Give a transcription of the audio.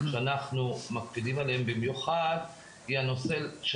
שאנחנו מקפידים עליהם במיוחד זה הנושא של